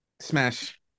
Smash